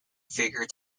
figure